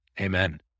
Amen